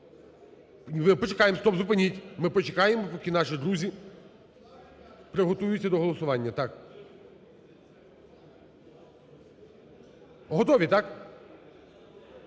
Ми почекаємо. Стоп, зупиніть. Ми почекаємо, поки наші друзі приготуються до голосування. Готові, так?